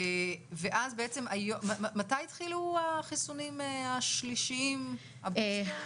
מתי התחילו החיסונים השלישיים, הבוסטר?